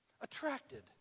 Attracted